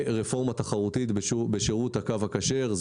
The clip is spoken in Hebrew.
רפורמה תחרותית בשירות הקו הכשר.